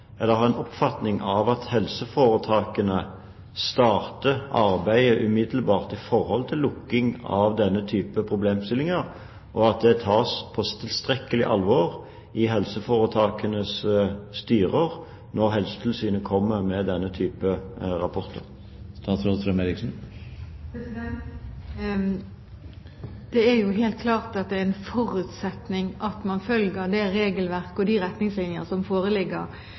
helseforetakene umiddelbart starter arbeidet med lukking av denne type problemstillinger, og at det tas tilstrekkelig på alvor i helseforetakenes styrer når helsetilsynet kommer med denne type rapporter. Det er helt klart at det er en forutsetning at man følger det regelverk og de retningslinjer for forsvarlig drift som foreligger